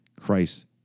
Christ